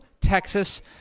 Texas